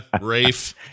Rafe